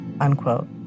Unquote. ¶